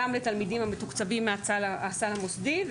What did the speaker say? גם לתלמידים שמתוקצבים מהסל המוסדי,